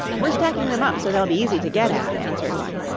we're stacking them up so they'll be easy to get at, answered one.